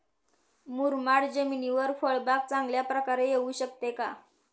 मुरमाड जमिनीवर फळबाग चांगल्या प्रकारे येऊ शकते का?